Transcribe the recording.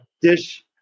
dish